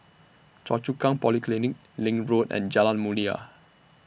Choa Chu Kang Polyclinic LINK Road and Jalan Mulia